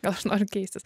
gal aš noriu keistis